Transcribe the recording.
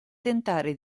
tentare